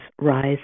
rise